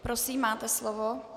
Prosím, máte slovo.